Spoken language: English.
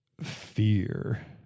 fear